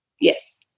Yes